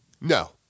No